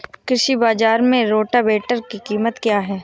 कृषि बाजार में रोटावेटर की कीमत क्या है?